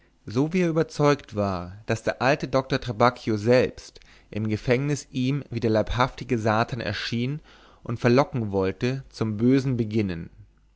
so wie er überzeugt war daß der alte doktor trabacchio selbst im gefängnis ihm wie der leibhaftige satan erschien und verlocken wollte zum bösen beginnen